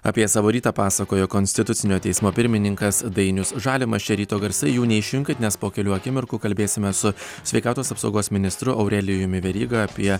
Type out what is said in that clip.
apie savo rytą pasakojo konstitucinio teismo pirmininkas dainius žalimas čia ryto garsai jų neišjunkit nes po kelių akimirkų kalbėsime su sveikatos apsaugos ministru aurelijumi veryga apie